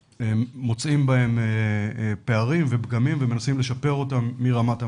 ומוצאים בהם פערים ופגמים ומנסים לשפר אותם מרמת המטה.